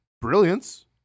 brilliance